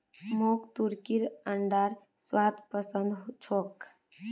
मोक तुर्कीर अंडार स्वाद पसंद छोक